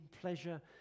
pleasure